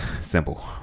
Simple